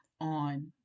on